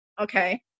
okay